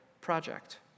project